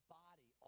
body